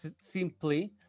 simply